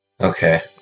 Okay